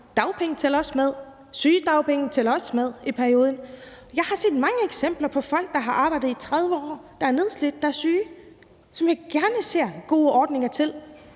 Dagpenge tæller også med, og sygedagpenge tæller også med i perioden. Jeg har set mange eksempler på folk, der har arbejdet i 30 år, der er nedslidte, der er syge, som jeg gerne ser gode ordninger til.